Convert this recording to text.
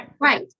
Right